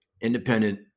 independent